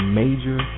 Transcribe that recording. major